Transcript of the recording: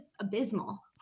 abysmal